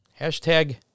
Hashtag